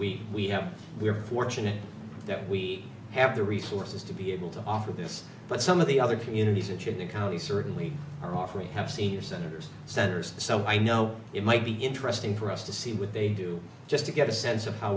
we we have we are fortunate that we have the resources to be able to offer this but some of the other communities each of the counties certainly are offering have senior centers centers so i know it might be interesting for us to see what they do just to get a sense of how